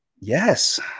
Yes